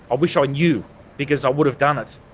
i wish i knew because i would have done it,